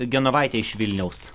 genovaitė iš vilniaus